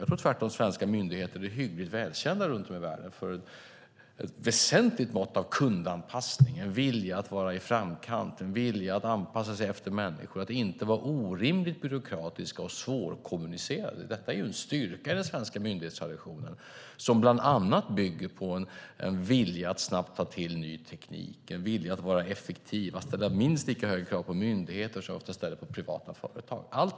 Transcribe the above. Jag tror att svenska myndigheter är hyggligt välkända runt om i världen för ett väsentligt mått av kundanpassning, en vilja att vara i framkant och anpassa sig och inte vara orimligt byråkratiska och svårkommunicerade. Det är en styrka i den svenska myndighetstraditionen. Det bygger på en vilja att snabbt ta till ny teknik och vara effektiv. Man ställer minst lika stora krav på myndigheter som på privata företag.